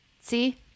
See